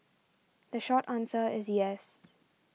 the short answer is yes